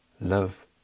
Love